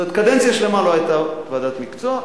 זאת אומרת, קדנציה שלמה לא היתה ועדת מקצוע.